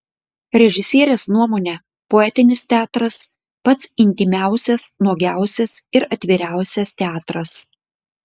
režisierės nuomone poetinis teatras pats intymiausias nuogiausias ir atviriausias teatras